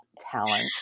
talent